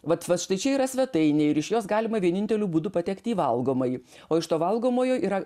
vat va štai čia yra svetainė ir iš jos galima vieninteliu būdu patekti į valgomąjį o iš to valgomojo yra